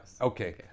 Okay